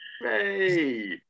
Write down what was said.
Hey